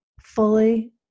fully